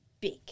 big